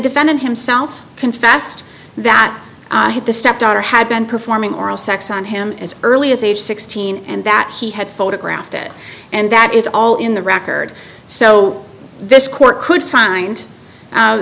defendant himself can fast that the stepdaughter had been performing oral sex on him as early as age sixteen and that he had photographed it and that is all in the record so this court could find